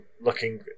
looking